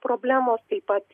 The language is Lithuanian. problemos taip pat